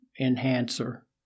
enhancer